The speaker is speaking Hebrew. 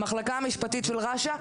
המחלקה המשפטית של רש"א.